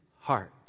heart